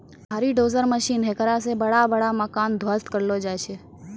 भारी dozer machine हेकरा से बड़ा बड़ा मकान ध्वस्त करलो जाय छै